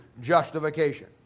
justification